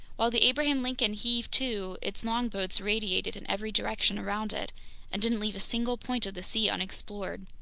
while the abraham lincoln heaved to, its longboats radiated in every direction around it and didn't leave a single point of the sea unexplored.